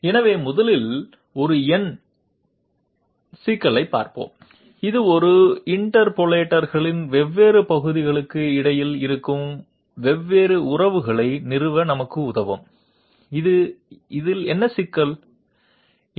எனவே முதலில் ஒரு எண் சிக்கலைப் பார்ப்போம் இது ஒரு இன்டர்போலேட்டர்களின் வெவ்வேறு பகுதிகளுக்கு இடையில் இருக்கும் வெவ்வேறு உறவுகளை நிறுவ நமக்கு உதவும் இது என்ன சிக்கலா